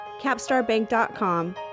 capstarbank.com